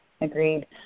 agreed